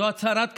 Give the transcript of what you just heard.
זאת הצהרת כוונות,